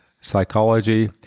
psychology